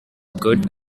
good